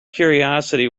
curiosity